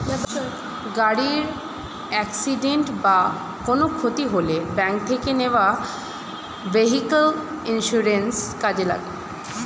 গাড়ির অ্যাকসিডেন্ট বা কোনো ক্ষতি হলে ব্যাংক থেকে নেওয়া ভেহিক্যাল ইন্সুরেন্স কাজে লাগে